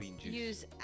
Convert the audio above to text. use